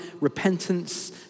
repentance